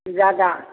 ज़्यादा